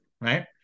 right